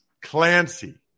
Clancy